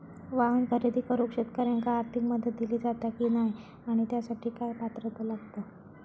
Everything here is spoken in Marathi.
वाहन खरेदी करूक शेतकऱ्यांका आर्थिक मदत दिली जाता की नाय आणि त्यासाठी काय पात्रता लागता?